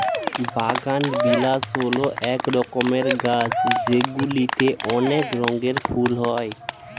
বাগানবিলাস হল এক রকমের গাছ যেগুলিতে অনেক রঙের ফুল হয়